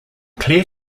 clear